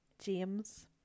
james